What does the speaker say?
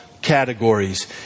categories